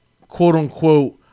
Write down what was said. quote-unquote